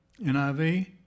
NIV